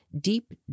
DEEP